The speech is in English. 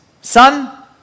son